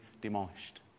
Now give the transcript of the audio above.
demolished